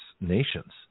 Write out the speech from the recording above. nations